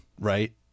right